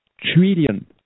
trillion